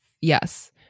yes